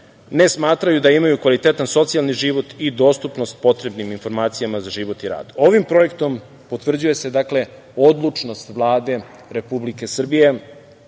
ne smatraju da imaju kvalitetan socijalan život i dostupnost potrebnim informacijama za život i rad. Ovim projektom potvrđuje se odlučnost Vlade Republike Srbije